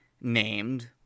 named